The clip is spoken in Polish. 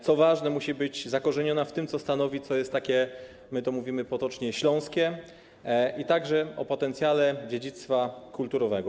Co ważne, musi być zakorzeniona w tym, co stanowi, co jest takie - my to mówimy potocznie - śląskie, a także o potencjale dziedzictwa kulturowego.